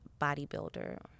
bodybuilder